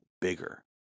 bigger